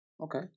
Okay